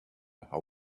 how